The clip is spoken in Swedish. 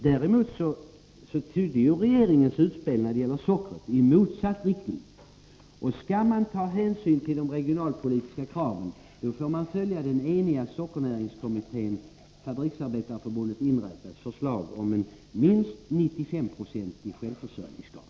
Däremot pekar regeringens utspel när det gäller sockret i motsatt riktning. Skall man ta hänsyn till de regionalpolitiska kraven, får man följa den eniga sockernäringskommitténs, Fabriksarbetareförbundet inräknat, förslag om en minst 95-procentig självförsörjningsgrad.